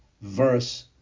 verse